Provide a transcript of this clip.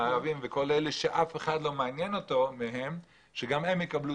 הערבים שאף אחד לא מתעניין בהם וגם הם יקבלו